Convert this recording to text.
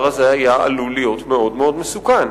הזה היה עלול להיות מאוד-מאוד מסוכן.